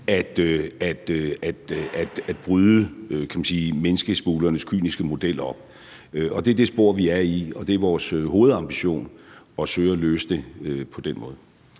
at bryde menneskesmuglernes kyniske model op. Det er det spor, vi er i, og det er vores hovedambition at søge at løse det på den måde.